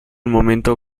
momento